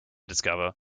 discover